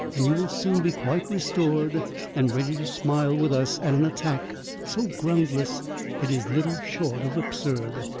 and you will soon be quite restored and ready to smile with us at an attack so groundless it is little short of absurd.